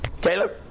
Caleb